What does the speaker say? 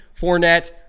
Fournette